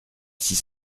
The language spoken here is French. six